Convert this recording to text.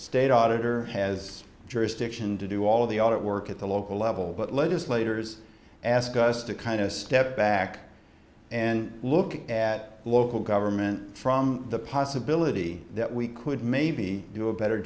state auditor has jurisdiction to do all the audit work at the local level but legislators ask us to kind of step back and look at the local government from the possibility that we could maybe do a better